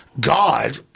God